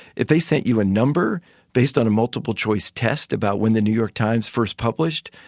if they sent you a number based on a multiple choice test about when the new york times first published,